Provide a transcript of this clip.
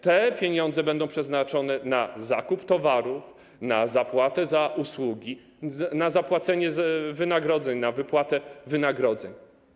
Te pieniądze będą przeznaczone na zakup towarów, na zapłatę za usługi, na zapłacenie wynagrodzeń, na wypłatę wynagrodzeń.